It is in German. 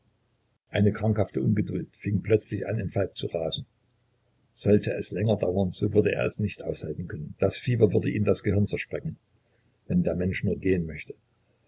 eine krankhafte ungeduld fing plötzlich an in falk zu rasen sollte es länger dauern so würde er es nicht aushalten können das fieber würde ihm das gehirn zersprengen wenn der mensch nur gehen möchte